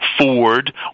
Ford